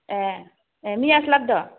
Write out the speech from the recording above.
ए ए मैयासो लाबद'